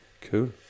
Cool